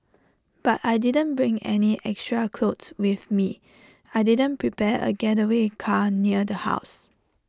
but I didn't bring any extra clothes with me I didn't prepare A getaway car near the house